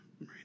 right